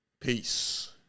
Peace